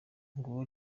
nguwo